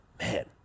man